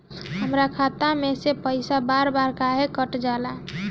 हमरा खाता में से पइसा बार बार काहे कट जाला?